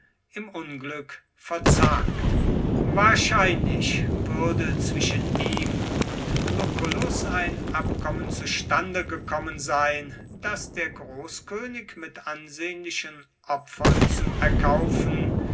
im unglück verzagt wahrscheinlich würde zwischen ihm und lucullus ein abkommen zustande gekommen sein das der großkönig mit ansehnlichen opfern zu erkaufen